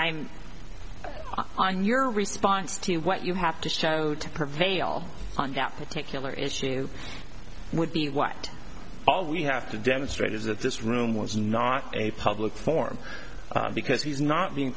i'm on your response team what you have to show to prevail on that particular issue would be what all we have to demonstrate is that this room was not a public form because he's not being